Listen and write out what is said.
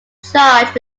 charged